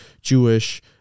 Jewish